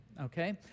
Okay